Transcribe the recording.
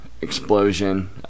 explosion